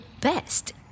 best